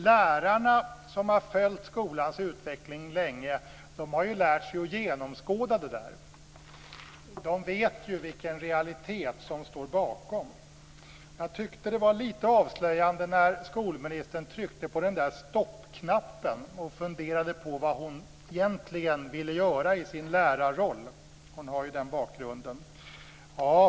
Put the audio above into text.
Lärarna som har följt skolans utveckling länge har ju lärt sig att genomskåda det där. De vet vilken realitet som står bakom. Jag tyckte att det var litet avslöjande när skolministern tryckte på den där stoppknappen och funderade på vad hon egentligen ville göra i sin lärarroll. Hon har ju den bakgrunden.